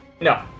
No